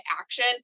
action